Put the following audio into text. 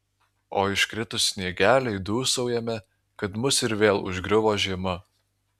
o iškritus sniegeliui dūsaujame kad mus ir vėl užgriuvo žiema